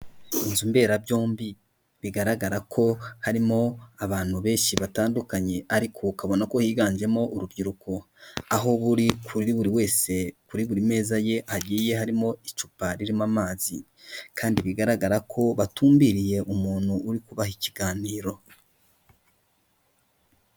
Inzu mberabyombi bigaragara ko harimo abantu benshi batandukanye, ariko ukabona ko higanjemo urubyiruko, aho kuri buri wese kuri buri meza ye hagiye harimo icupa ririmo amazi kandi bigaragara ko batumbiriye umuntu uri kubaha ikiganiro.